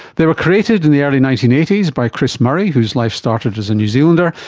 they were created in the early nineteen eighty s by chris murray whose life started as a new zealander,